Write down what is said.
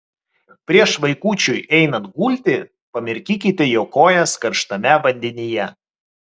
prieš vaikučiui einant gulti pamirkykite jo kojas karštame vandenyje